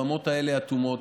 הבמות האלה אטומות.